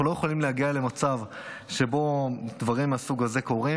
אנחנו לא יכולים להגיע למצב שבו דברים מהסוג הזה קורים,